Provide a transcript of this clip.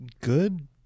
good